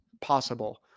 possible